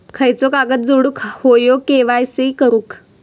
खयचो कागद जोडुक होयो के.वाय.सी करूक?